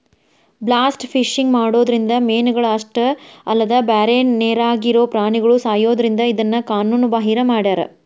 blast fishing ಮಾಡೋದ್ರಿಂದ ಮೇನಗಳ ಅಷ್ಟ ಅಲ್ಲದ ಬ್ಯಾರೆ ನೇರಾಗಿರೋ ಪ್ರಾಣಿಗಳು ಸಾಯೋದ್ರಿಂದ ಇದನ್ನ ಕಾನೂನು ಬಾಹಿರ ಮಾಡ್ಯಾರ